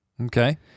Okay